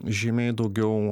žymiai daugiau